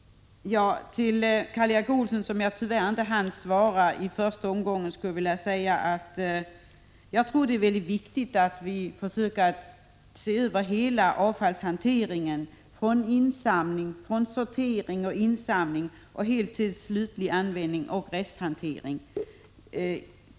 Till Karl Erik Olsson, som jag tyvärr inte hann svara i första omgången, skulle jag vilja säga att jag tror det är mycket viktigt att vi ser över hela avfallshanteringen, från sortering och insamling till slutlig användning och resthantering.